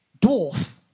dwarf